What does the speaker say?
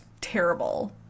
terrible